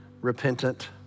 repentant